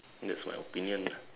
that's my opinion lah